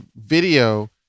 video